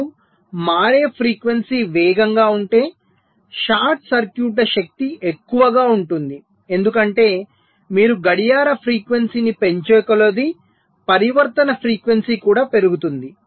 మరియు మారే frequency వేగంగా ఉంటె షార్ట్ సర్క్యూట్ల శక్తి ఎక్కువగా ఉంటుంది ఎందుకంటే మీరు గడియార ఫ్రీక్వెన్సీని పెంచేకొలది పరివర్తన ఫ్రీక్వెన్సీ కూడా పెరుగుతుంది